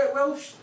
Welsh